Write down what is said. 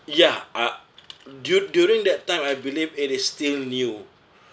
ya ah du~ during that time I believe it is still new